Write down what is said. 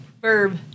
Verb